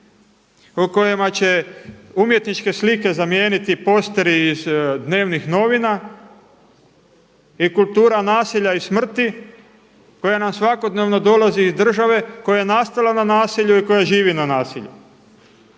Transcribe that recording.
po kojima će umjetničke slike zamijeniti posteri iz dnevnih novina i kultura nasilja i smrti koja nam svakodnevno dolazi iz države, koja je nastala na nasilju i koja živi na nasilju,